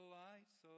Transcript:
lights